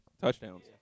touchdowns